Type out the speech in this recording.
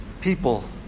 people